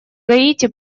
гаити